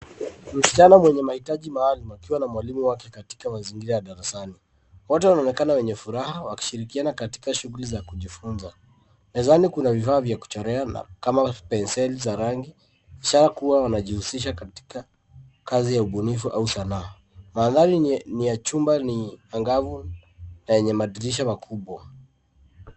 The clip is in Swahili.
Msichana mwenye mahitaji maalum akiwa na mwalimu wake katika mazingira ya darasni. Wote wanaonekana wenye furaha wakishirikiana katika shughuli za kujifunza. Mezani kuna vifaa vya kuchorea kama penseli za rangi. Ishakuwa wanajihusisha katika kazi ya ubunifu au sanaa. Mandhari ni ya chumba ni angavu na yenye madirisha makubwa.